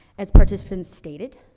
as participants stated,